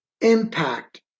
impact